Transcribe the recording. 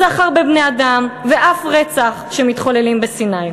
סחר בבני-אדם ואף רצח שמתחוללים בסיני.